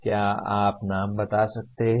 क्या आप नाम बता सकते हैं